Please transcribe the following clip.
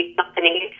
company